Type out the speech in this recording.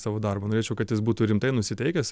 savo darbą norėčiau kad jis būtų rimtai nusiteikęs